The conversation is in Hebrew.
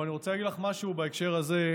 אבל אני רוצה להגיד לך משהו בהקשר הזה.